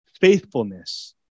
Faithfulness